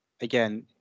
again